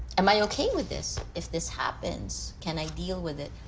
am i okay with this? if this happens, can i deal with it?